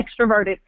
extroverted